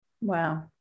Wow